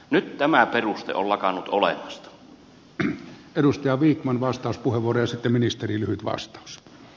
nyt tämä peruste on lakannut olemasta